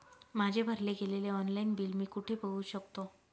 माझे भरले गेलेले ऑनलाईन बिल मी कुठे बघू शकतो?